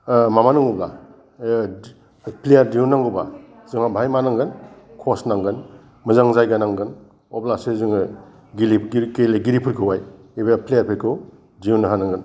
माबा नांगौब्ला प्लेयार दिहुन्नांगौबा जोंहा बाहाय मा नांगोन कच नांगोन मोजां जायगा नांगोन अब्लासो जोङो गेलेगिरिफोरखौहाय एबा प्लेयारफोरखौ दिहुननो हानांगोन